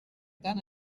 tant